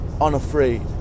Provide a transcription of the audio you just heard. unafraid